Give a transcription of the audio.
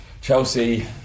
Chelsea